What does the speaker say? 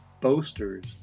boasters